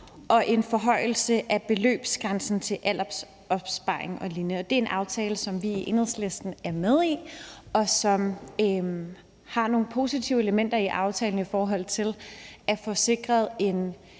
og en forhøjelse af beløbsgrænsen til aldersopsparing og lignende. Det er en aftale, som vi i Enhedslisten er med i, og der er nogle positive elementer i aftalen i forhold til at få sikret en